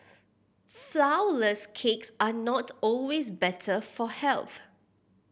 flourless cakes are not always better for health